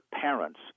parents